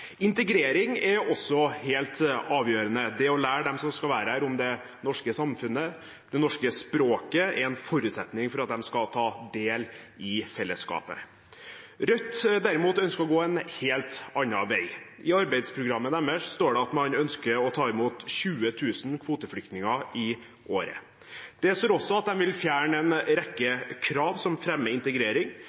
Integrering er også helt avgjørende. Å lære dem som skal være her, om det norske samfunnet og det norske språket, er en forutsetning for at de skal kunne ta del i fellesskapet. Rødt derimot ønsker å gå en helt annen vei. I arbeidsprogrammet deres står det at de ønsker å ta imot 20 000 kvoteflyktninger i året. Det står også at de vil fjerne en rekke krav som fremmer integrering,